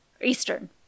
Eastern